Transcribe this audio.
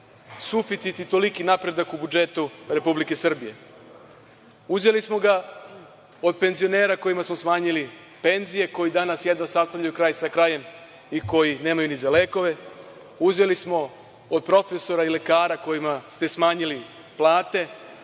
suficit i toliki napredak u budžetu Republike Srbije. Uzeli smo ga od penzionera kojima smo smanjili penzije, koji danas jedva sastavljaju kraj sa krajem i koji nemaju ni za lekove. Uzeli smo od profesora i lekara kojima ste smanjili plate.